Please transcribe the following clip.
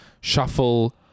shuffle